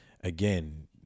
again